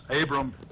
Abram